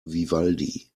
vivaldi